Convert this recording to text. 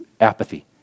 apathy